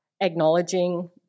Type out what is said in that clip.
acknowledging